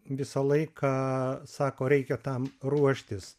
visą laiką sako reikia tam ruoštis